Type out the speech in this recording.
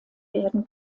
werden